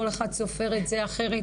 כל אחד סופר את זה אחרת.